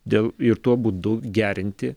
dėl ir tuo būdu gerinti